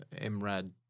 Mrad